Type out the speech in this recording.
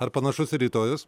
ar panašus ir rytojus